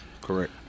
correct